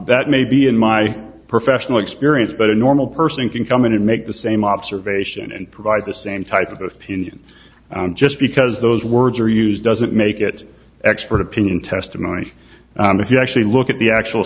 that maybe in my professional experience but a normal person can come in and make the same observation and provide the same type of those pieces just because those words are used doesn't make it expert opinion testimony if you actually look at the actual